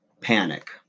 panic